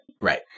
Right